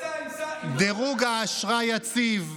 דירוג האשראי יציב,